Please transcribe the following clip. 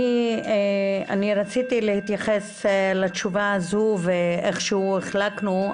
אני רציתי להתייחס לתשובה הזו ואיכשהו החלקנו.